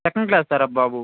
second class sir ఆ బాబు